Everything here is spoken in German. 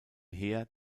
heer